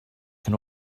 can